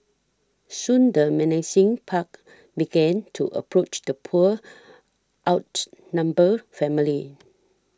soon the menacing pack began to approach the poor outnumbered family